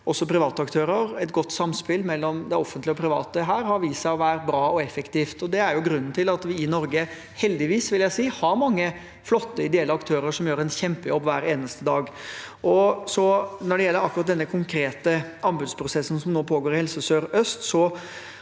også private aktører. Et godt samspill mellom det offentlige og private her har vist seg å være bra og effektivt. Det er grunnen til at vi i Norge – heldigvis, vil jeg si – har mange flotte ideelle aktører som gjør en kjempejobb hver eneste dag. Når det gjelder akkurat denne konkrete anbudsprosessen som nå pågår i Helse sør-øst,